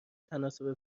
تناسب